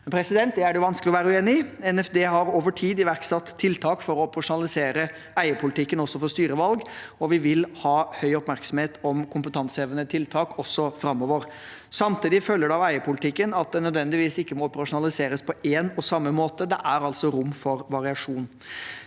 Dette er det vanskelig å være uenig i. NFD har over tid iverksatt tiltak for å operasjonalisere eierpolitikken også for styrevalg, og vi vil ha høy oppmerksomhet om kompetansehevende tiltak også framover. Samtidig følger det av eierpolitikken at den ikke nødvendigvis må operasjonaliseres på én og samme måte; det er rom for variasjon.